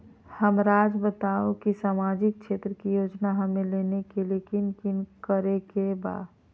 हमराज़ बताओ कि सामाजिक क्षेत्र की योजनाएं हमें लेने के लिए कि कि करे के बा?